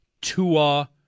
Tua